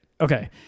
Okay